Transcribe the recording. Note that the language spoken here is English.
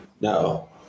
No